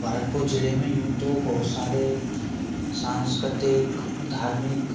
भरतपुर जिले में यूँ तो बहुत सारे सांस्कृतिक धार्मिक